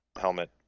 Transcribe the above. helmet